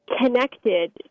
connected